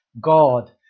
God